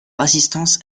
assistance